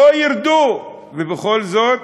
לא ירדו, ובכל זאת,